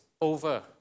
over